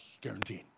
guaranteed